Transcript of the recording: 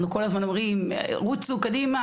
אנחנו כל הזמן אומרים: רוצו קדימה,